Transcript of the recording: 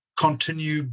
continue